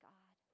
God